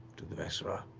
to the vesrah.